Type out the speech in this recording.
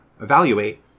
evaluate